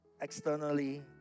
externally